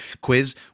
Quiz